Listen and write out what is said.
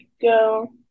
go